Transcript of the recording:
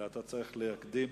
אלא אתה צריך להקדים,